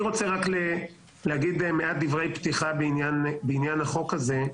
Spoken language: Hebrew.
אני רוצה להגיד מעט דברי פתיחה בעניין החוק הזה,